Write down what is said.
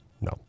No